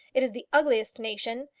it is the ugliest nation!